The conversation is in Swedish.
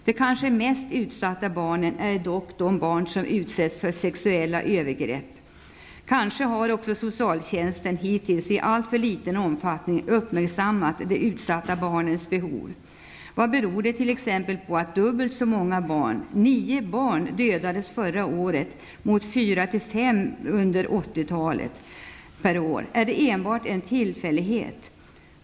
De kanske mest utsatta barnen är dock de som utsätts för sexuella övergrepp. Kanske har också socialtjänsten hittills i alltför liten omfattning uppmärksammat de utsatta barnens behov. Vad beror det på att dubbelt så många barn, nio barn, dödades förra året, mot fyra fem barn per år under 80-talet? Är det enbart en tillfällighet?